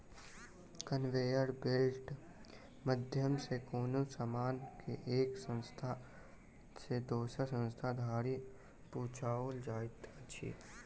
conveyor बेल्टक माध्यम सॅ कोनो सामान के एक स्थान सॅ दोसर स्थान धरि पहुँचाओल जाइत अछि